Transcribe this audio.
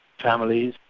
families,